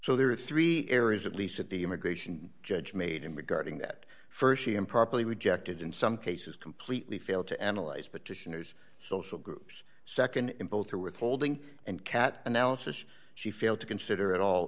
so there are three areas at least at the immigration judge made him regarding that st she improperly rejected in some cases completely failed to analyze petitioners social groups nd in both or withholding and cat analysis she failed to consider at all